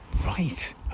Right